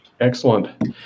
Excellent